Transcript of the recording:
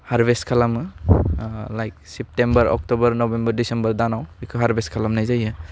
harvest खालामो like September October November December दानाव बेखौ हेरभेस्ट खालामनाय जायो